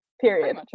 period